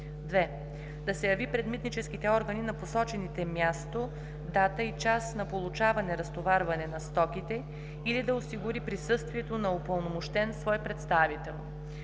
2. да се яви пред митническите органи на посочените място, дата и час на получаване/разтоварване на стоките или да осигури присъствието на упълномощен свой представител;